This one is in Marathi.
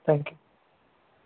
thank you